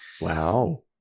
Wow